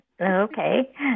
Okay